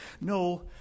No